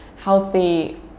healthy